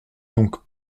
donc